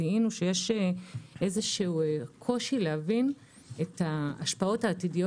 זיהינו שיש איזשהו קושי להבין את ההשפעות העתידיות